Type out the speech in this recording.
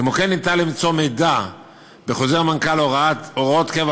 כמו כן, ניתן למצוא מידע בחוזר מנכ"ל הוראת קבע